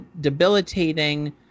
debilitating